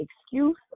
excuse